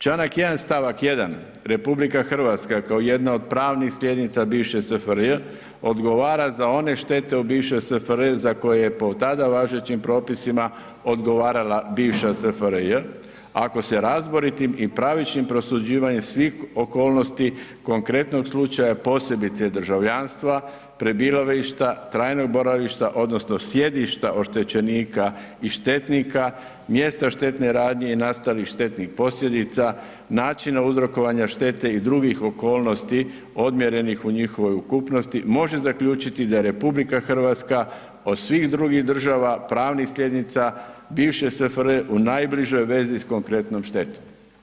Članka 1. stavak 1. RH kao jedna od pravnih slijednica bivše SFRJ odgovara za one štete u bivšoj SFRJ za koje je po tada važećim propisima odgovarala bivša SFRJ, ako se razboritim i pravičnim prosuđivanjem svih okolnosti konkretnog slučaja, posebice državljanstva, prebivališta, trajnog boravišta odnosno sjedišta oštećenika i štetnika, mjesta štetne radnje i nastalih štetnih posljedica, načina uzrokovanja štete i drugih okolnosti odmjerenih u njihovoj ukupnosti može zaključiti da RH od svih drugih država, pravnih sljednica, bivše SFRJ, u najbližoj vezi s konkretnom štetom.